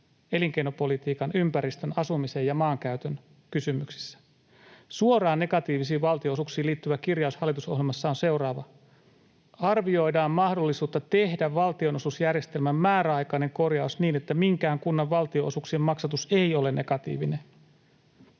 elinkeinopolitiikan, ympäristön, asumisen ja maankäytön kysymyksissä. Suoraan negatiivisiin valtionosuuksiin liittyvä kirjaus hallitusohjelmassa on seuraava: ”Arvioidaan mahdollisuutta tehdä valtionosuusjärjestelmään määräaikainen korjaus niin, että minkään kunnan valtionosuuksien maksatus ei ole negatiivinen.”